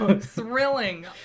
thrilling